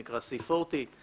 שנקרא C40 ו-U20,